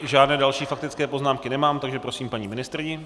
Žádné další faktické poznámky nemám, takže prosím paní ministryni.